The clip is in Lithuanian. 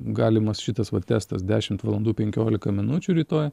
galimas šitas vat testas dešimt valandų penkiolika minučių rytoj